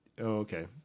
Okay